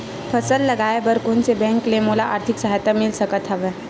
फसल लगाये बर कोन से बैंक ले मोला आर्थिक सहायता मिल सकत हवय?